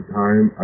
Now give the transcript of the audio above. time